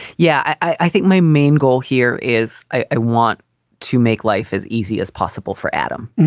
yeah. i think my main goal here is i want to make life as easy as possible for adam.